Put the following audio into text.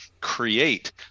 create